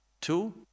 Two